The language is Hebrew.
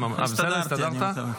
הסתדרת?